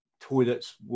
toilets